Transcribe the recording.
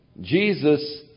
Jesus